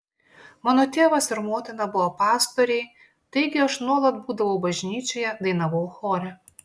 mano tėvas ir motina buvo pastoriai taigi aš nuolat būdavau bažnyčioje dainavau chore